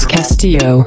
Castillo